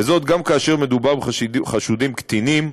וזאת גם כאשר מדובר בחשודים קטינים,